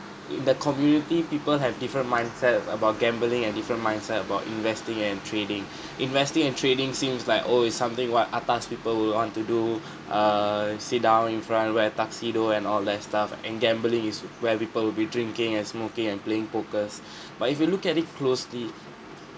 uh the community people have different mindset about gambling and different mindset about investing and trading investing and trading seems like oh it's something what atas people will want to do err sit down in front wear tuxedo and all that stuff and gambling is where people will be drinking and smoking and playing pokers but if you look at it closely